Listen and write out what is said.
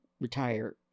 retire